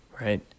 right